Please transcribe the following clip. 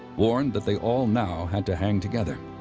warned that they all now had to hang together.